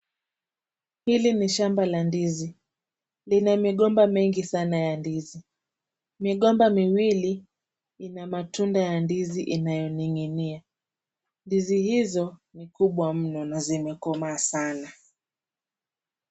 Hili ni shamba la ndizi. Lina migomba mengi sana ya ndizi. Migomba miwili ina matunda ya ndizi inayoning'inia. Ndizi hizo ni kubwa mno na zimekomaa sana.